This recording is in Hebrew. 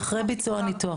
זה אחרי ביצוע הניתוח.